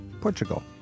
Portugal